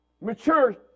Mature